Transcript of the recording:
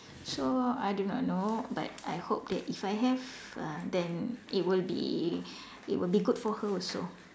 so I do not know but I hope that if I have uh then it would be it would be good for her also